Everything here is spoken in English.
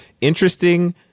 interesting